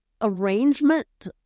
arrangement